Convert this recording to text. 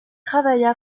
travailla